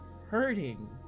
hurting